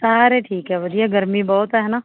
ਸਾਰੇ ਠੀਕ ਹੈ ਵਧੀਆ ਗਰਮੀ ਬਹੁਤ ਹੈ ਹੈ ਨਾ